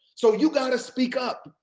so you got to speak up.